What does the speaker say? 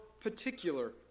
particular